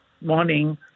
Morning